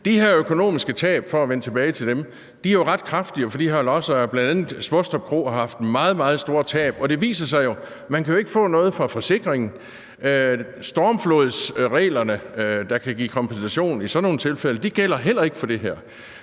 de her økonomiske tab – for at vende tilbage til dem – er jo ret voldsomme for de her lodsejere, bl.a. har Svostrup Kro haft meget, meget store tab. Det viser sig jo, at man ikke kan få noget fra forsikringen. Stormflodsreglerne, der kan give kompensation i sådan nogle tilfælde, gælder heller ikke her.